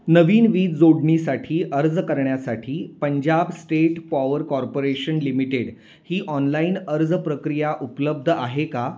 नवीन वीज जोडणीसाठी अर्ज करण्यासाठी Punjab state power corporation limited ही ऑनलाईन अर्ज प्रक्रिया उपलब्ध आहे का